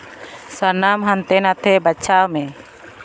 ᱥᱟᱱᱟᱢ ᱦᱟᱱᱛᱮ ᱱᱷᱟᱛᱮ ᱵᱟᱪᱷᱟᱣ ᱢᱮ